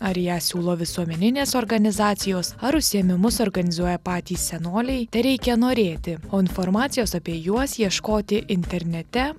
ar ją siūlo visuomeninės organizacijos ar užsiėmimus organizuoja patys senoliai tereikia norėti o informacijos apie juos ieškoti internete